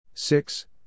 Six